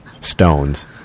stones